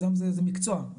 זה מקצוע,